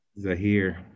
Zahir